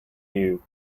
you